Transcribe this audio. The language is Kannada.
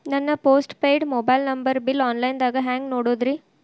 ನನ್ನ postpaid mobile number bill, online ದಾಗ ಹ್ಯಾಂಗ್ ನೋಡೋದ್ರಿ?